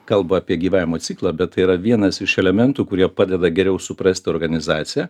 kalba apie gyvenimo ciklą bet yra vienas iš elementų kurie padeda geriau suprasti organizaciją